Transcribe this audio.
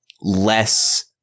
less